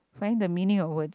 find the meaning of words